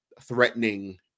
threatening